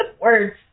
words